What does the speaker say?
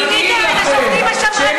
מיניתם את השופטים השמרנים